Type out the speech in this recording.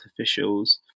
officials